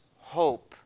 hope